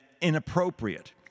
inappropriate